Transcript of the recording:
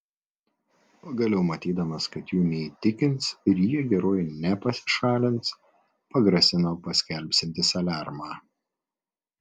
pagaliau matydamas kad jų neįtikins ir jie geruoju nepasišalins pagrasino paskelbsiantis aliarmą